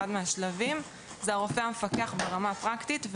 מהשלבים זה הרופא המפקח ברמה הפרקטית,